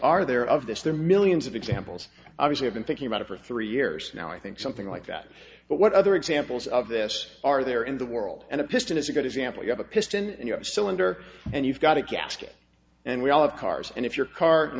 are there of this there are millions of examples obviously i've been thinking about it for three years now i think something like that but what other examples of this are there in the world and a piston is a good example you have a piston cylinder and you've got a gasket and we all have cars and if your car